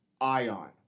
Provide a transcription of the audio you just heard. ION